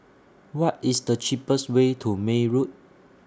What IS The cheapest Way to May Road